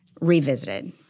revisited